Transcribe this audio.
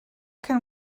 can